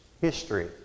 History